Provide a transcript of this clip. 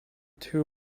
two